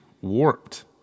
warped